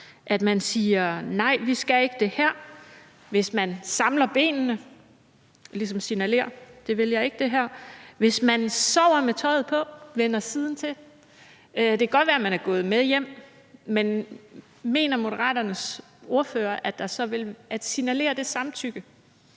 at man siger nej, det her skal man ikke, hvis man samler benene og ligesom signalerer og siger, at det her vil man ikke, hvis man sover med tøjet på og vender siden til? Det kan godt være, at man er gået med hjem, men mener Moderaternes ordfører, at det så signalerer samtykke,